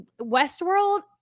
Westworld